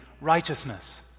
righteousness